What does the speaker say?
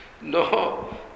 No